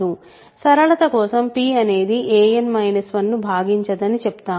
సరళత కోసం p అనేది an 1 ను భాగించదని చెప్తాము